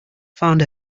found